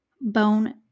Bone